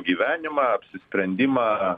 gyvenimą apsisprendimą